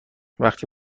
وقتی